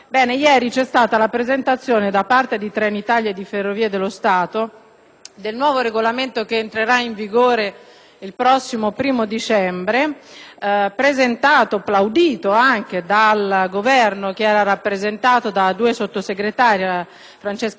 del nuovo regolamento che entrerà in vigore il prossimo 1° dicembre, presentato e plaudito dal Governo, rappresentato da due sottosegretari, Francesca Martini per il lavoro, salute e politiche sociali e Michela Brambilla per il turismo.